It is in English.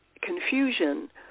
confusion